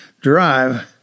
drive